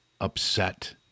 upset